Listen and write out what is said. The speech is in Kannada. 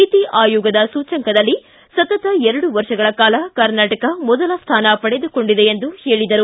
ನೀತಿ ಆಯೋಗದ ಸೂಚ್ಯಂಕದಲ್ಲಿ ಸತತ ಎರಡು ವರ್ಷಗಳ ಕಾಲ ಕರ್ನಾಟಕ ಮೊದಲ ಸ್ಥಾನ ಪಡೆದುಕೊಂಡಿದೆ ಎಂದು ಹೇಳಿದರು